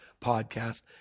podcast